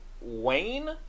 Wayne